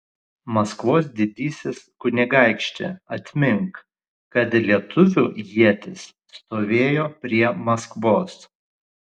maskvos didysis kunigaikšti atmink kad lietuvių ietis stovėjo prie maskvos